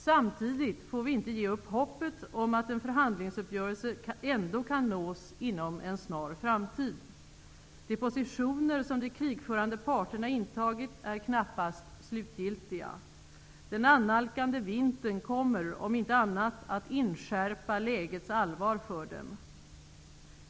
Samtidigt får vi inte ge upp hoppet om att en förhandlingsuppgörelse ändå kan nås inom en snar framtid. De positioner som de krigförande parterna intagit är knappast slutgiltiga. Den annalkande vintern kommer, om inte annat, att inskärpa lägets allvar för dem.